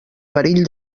perill